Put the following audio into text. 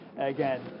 again